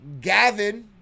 Gavin